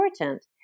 important